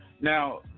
Now